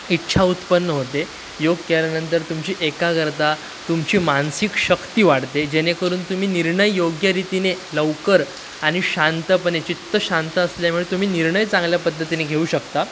इच्छा उत्पन्न होते योग केल्यानंतर तुमची एकाग्रता तुमची मानसिक शक्ती वाढते जेणेकरून तुम्ही निर्णय योग्यरीतीने लवकर आणि शांतपणे चित्त शांत असल्यामुळे तुम्ही निर्णय चांगल्या पद्धतीने घेऊ शकता